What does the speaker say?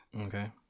okay